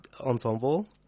Ensemble